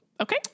Okay